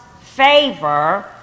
favor